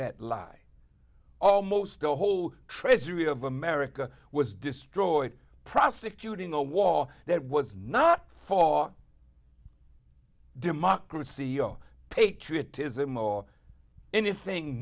that lie almost the whole treasury of america was destroyed prosecuting a war that was not for democracy zero patriotism or anything